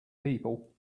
people